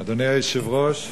אדוני היושב-ראש,